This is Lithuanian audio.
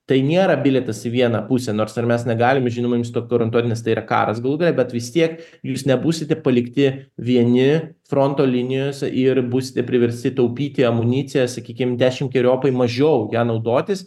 tai nėra bilietas į vieną pusę nors ar mes negalim žinoma jums to garantuot nes tai yra karas galų gale bet vis tiek jūs nebūsite palikti vieni fronto linijose ir būsite priversti taupyti amuniciją sakykim dešimkeriopai mažiau ja naudotis